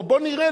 או בוא נראה,